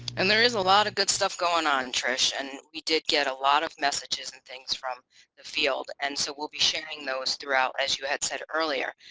and there is a lot of good stuff going on trish and we did get a lot of messages and things from the field and so we'll be sharing those throughout as you had said earlier.